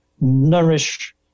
nourish